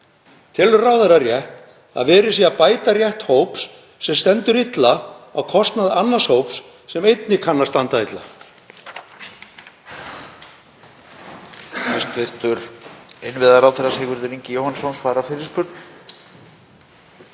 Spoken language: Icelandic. Telur ráðherra rétt að verið sé að bæta rétt hóps sem stendur illa á kostnað annars hóps sem einnig kann að standa illa?